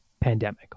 pandemic